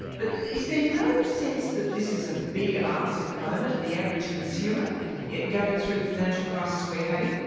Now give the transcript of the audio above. but is there no sense that this is a big ask at the moment, of the average consumer going through the financial crisis we're having,